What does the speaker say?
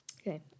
Okay